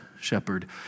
shepherd